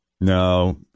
No